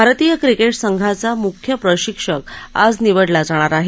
भारतीय क्रिकेट संघाचा मुख्य प्रशिक्षक आज निवडला जाणार आहे